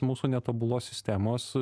mūsų netobulos sistemos